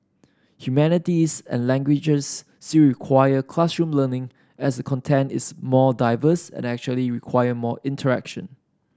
humanities and languages still require classroom learning as the content is more diverse and usually require more interaction